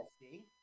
see